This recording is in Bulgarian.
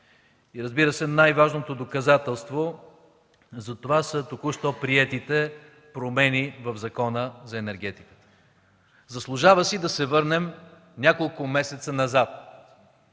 И, разбира се, най-важното доказателство за това са току-що приетите промени в Закона за енергетиката. Заслужава си да се върнем няколко месеца назад